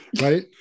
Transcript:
Right